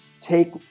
Take